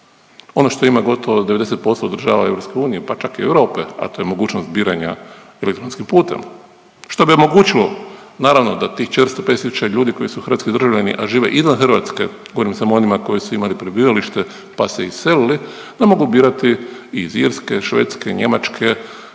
Ono što ima gotovo 90% država EU pa čak i Europe, a to je mogućnost biranja elektronskim putem što bi omogućilo naravno da tih 400, 500 tisuća ljudi koji su hrvatski državljani, a žive izvan Hrvatske govorim samo o onima koji su imali prebivalište pa se iselili da mogu birati iz Irske, Švedske, Njemačke,